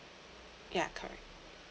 yeah correct